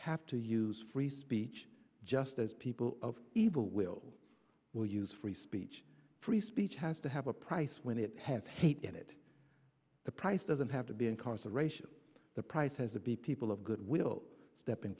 have to use free speech just as people of evil will will use free speech free speech has to have a price when it has hate in it the price doesn't have to be incarceration the price has a big people of goodwill stepping